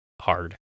hard